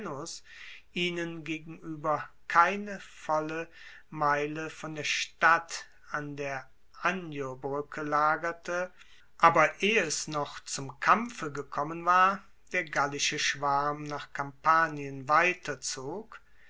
ihnen gegenueber keine volle meile von der stadt an der aniobruecke lagerte aber ehe es noch zum kampfe gekommen war der gallische schwarm nach kampanien weiterzog